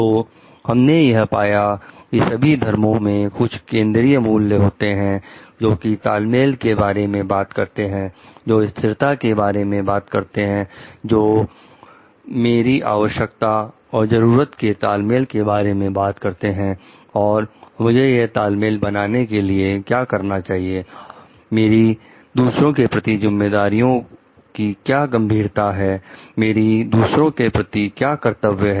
तो हमें यह पाया कि सभी धर्मों के कुछ केंद्रीय मूल्य होते हैं जोकि तालमेल के बारे में बात करते हैं जो स्थिरता के बारे में बात करते हैं जो मेरी आवश्यकता और जरूरत के तालमेल के बारे में बात करते हैं और मुझे यह तालमेल बनाने के लिए क्या करना चाहिए मेरी दूसरों के प्रति जिम्मेदारियों कि क्या गंभीरता है मेरी दूसरों के प्रति क्या कर्तव्य है